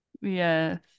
Yes